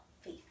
faith